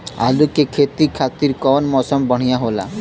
आलू के खेती खातिर कउन मौसम बढ़ियां होला?